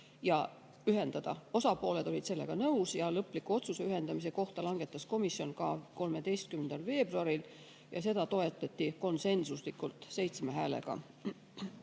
ühendada. Osapooled olid sellega nõus. Lõpliku otsuse ühendamise kohta langetas komisjon 13. veebruaril ja seda toetati konsensuslikult 7 häälega.